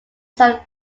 sound